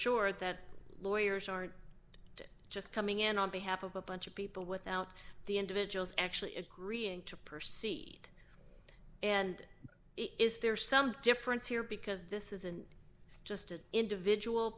sure that lawyers aren't just coming in on behalf of a bunch of people without the individuals actually agreeing to proceed and is there some difference here because this isn't just an individual